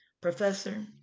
professor